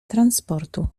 transportu